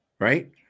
Right